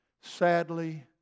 sadly